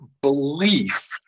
belief